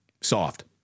Soft